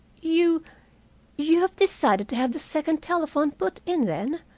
you you have decided to have the second telephone put in, then?